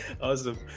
awesome